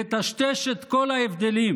לטשטש את כל ההבדלים